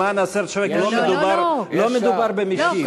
למען הסר ספק, לא מדובר במשיב.